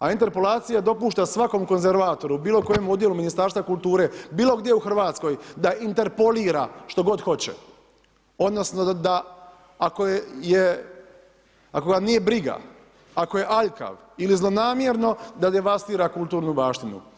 A interpolacija dopušta svakom konzervatoru u bilo kojem odjelu Ministarstva kulture, bilo gdje u RH da interpolira što god hoće odnosno da ako ga nije briga, ako je aljkav ili zlonamjerno da devastira kulturnu baštinu.